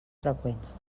freqüents